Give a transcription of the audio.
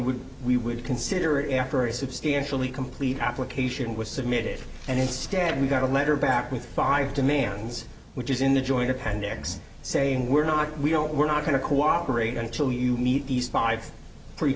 would we would consider after a substantially complete application was submitted and instead we got a letter back with five demands which is in the joint appendix saying we're not we don't we're not going to cooperate until you meet these five